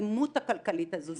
האלימות הכלכלית הזאת,